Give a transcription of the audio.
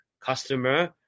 customer